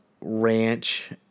ranch